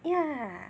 yeah